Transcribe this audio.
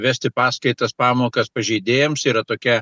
vesti paskaitas pamokas pažeidėjams yra tokia